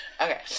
Okay